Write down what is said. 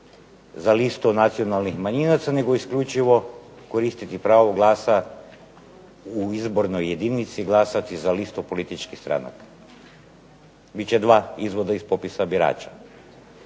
za listu nacionalnih manjinaca nego isključivo koristiti pravo glasa u izbornoj jedinici, glasati za listu političkih stranaka, biti će dva izvoda iz popisa birača.